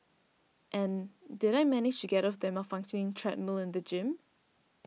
and did I manage to get off the malfunctioning treadmill in the gym